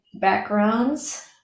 backgrounds